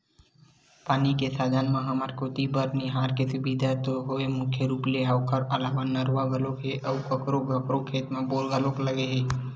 पानी के साधन म हमर कोती बर नहर के सुबिधा तो हवय मुख्य रुप ले ओखर अलावा नरूवा घलोक हे अउ कखरो कखरो खेत म बोर घलोक लगे हे